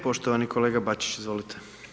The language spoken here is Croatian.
Poštovani kolega Bačić, izvolite.